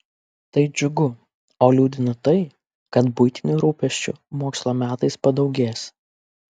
tai džiugu o liūdina tai kad buitinių rūpesčių mokslo metais padaugės